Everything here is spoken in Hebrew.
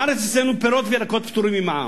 אצלנו בארץ פירות וירקות פטורים ממע"מ.